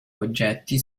oggetti